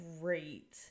great